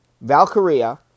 Valkyria